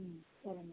సరే అండి